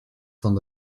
van